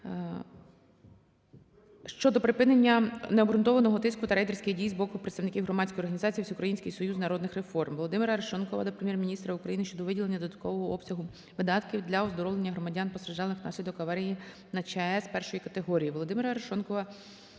щодо припинення необґрунтованого тиску та рейдерських дій з боку представників Громадської організації "Всеукраїнський союз народних реформ". Володимира Арешонкова до Прем'єр-міністра України щодо виділення додаткового обсягу видатків для оздоровлення громадян, постраждалих внаслідок аварії на ЧАЕС І-ї категорії.